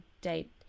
date